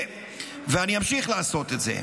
ואני אמשיך לעשות את זה.